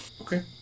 Okay